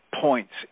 points